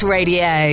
Radio